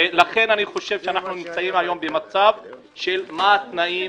ולכן אני חושב שאנחנו נמצאים היום במצב של מה התנאים,